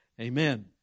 Amen